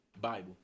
Bible